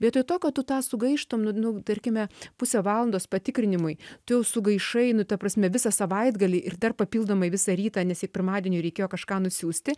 vietoj to kad tu tą sugaištum nu nu tarkime pusę valandos patikrinimui tu jau sugaišai nu ta prasme visą savaitgalį ir dar papildomai visą rytą nes juk pirmadieniui reikėjo kažką nusiųsti